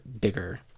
bigger